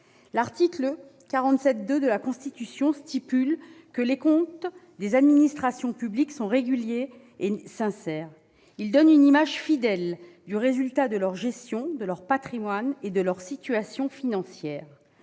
L'article 47-2 de la Constitution dispose que « les comptes des administrations publiques sont réguliers et sincères. Ils donnent une image fidèle du résultat de leur gestion, de leur patrimoine et de leur situation financière.